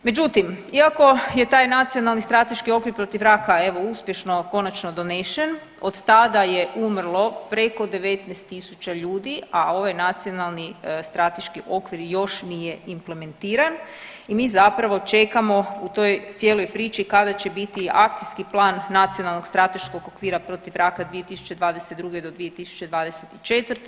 Međutim, iako je taj Nacionalni strateški okvir protiv raka evo uspješno konačno donesen od tada je umrlo preko 19000 ljudi, a ovaj Nacionalni strateški okvir još nije implementiran i mi zapravo čekamo u toj cijeloj priči kada će biti akcijski plan Nacionalnog strateškog okvira protiv raka 2022. do 2024.